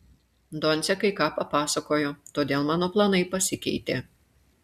doncė kai ką papasakojo todėl mano planai pasikeitė